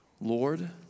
Lord